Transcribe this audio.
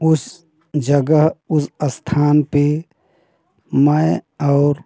उस जगह उस स्थान पे मैं और